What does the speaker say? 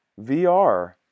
VR